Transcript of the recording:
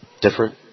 Different